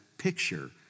picture